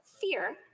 fear